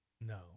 No